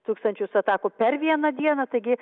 tūkstančius atakų per vieną dieną taigi